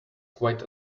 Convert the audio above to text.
quite